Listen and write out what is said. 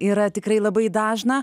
yra tikrai labai dažna